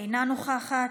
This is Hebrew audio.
אינה נוכחת,